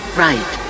right